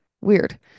weird